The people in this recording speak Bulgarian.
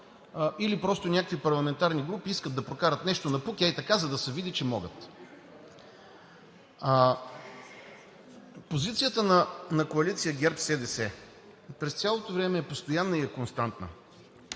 или просто някакви парламентарни групи искат да прокарат нещо ей така напук, за да се види, че могат. Позицията на коалицията ГЕРБ-СДС през цялото време е постоянна и константна.